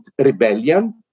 rebellion